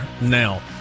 now